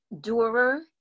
Durer